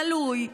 גלוי,